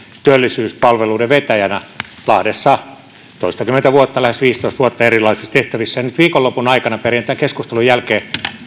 työllisyyspalveluiden vetäjänä lahdessa toistakymmentä vuotta lähes viisitoista vuotta erilaisissa tehtävissä nyt viikonlopun aikana perjantain keskustelun jälkeen